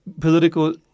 political